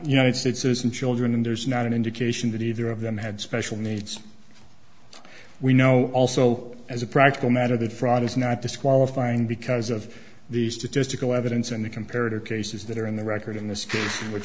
united states citizen children and there's not an indication that either of them had special needs we know also as a practical matter that fraud is not disqualifying because of the statistical evidence in the comparative cases that are in the record in